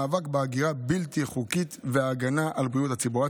מאבק בהגירה בלתי חוקית והגנה על בריאות הציבור.